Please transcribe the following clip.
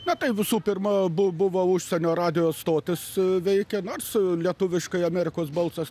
na tai visų pirma bu buvo užsienio radijo stotys veikė nors lietuviškai amerikos balsas